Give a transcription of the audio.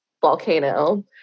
volcano